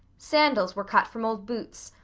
sandals were cut from old boots.